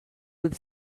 with